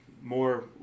More